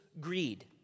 greed